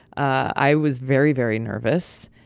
i was very, very nervous,